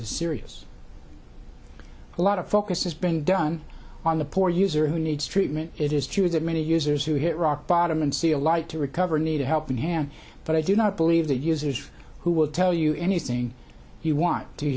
is serious a lot of focus is being done on the poor user who needs treatment it is true that many users who hit rock bottom and see a light to recover need a helping hand but i do not believe that users who will tell you anything you want to